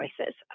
choices